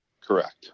Correct